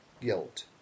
guilt